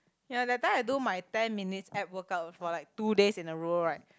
ya that time I do my ten minutes at workout for like two days in a row right